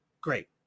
Great